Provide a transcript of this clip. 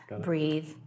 breathe